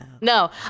No